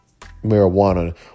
marijuana